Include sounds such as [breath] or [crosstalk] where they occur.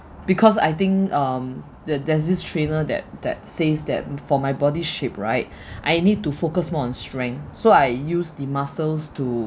because I think um there there's this trainer that that says that for my body shape right [breath] I need to focus more on strength so I use the muscles to